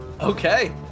Okay